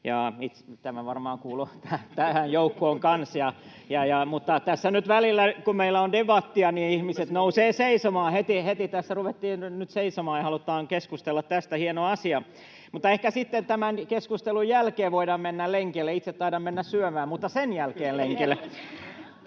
Sara Seppänen nousevat seisomaan] Mutta tässä nyt välillä, kun meillä on debattia, ihmiset nousevat seisomaan. — Heti tässä ruvettiin nyt seisomaan ja halutaan keskustella tästä, hieno asia, mutta ehkä sitten tämän keskustelun jälkeen voidaan mennä lenkille. Itse taidan mennä syömään, mutta sen jälkeen lenkille.